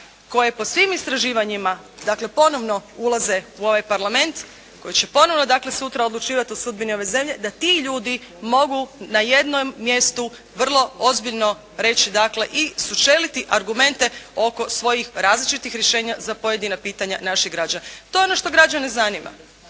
koje po svim istraživanjima, dakle, ponovo ulaze u ovaj Parlament, koji će ponovno dakle, sutra odlučivati o sudbini ove zemlje, da ti ljudi mogu na jednom mjestu vrlo ozbiljno reći dakle, i sučeliti argumente oko svojih različitih rješenja za pojedina pitanja naših građana. To je ono što građane zanima.